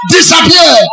Disappear